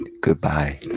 Goodbye